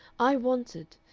i wanted,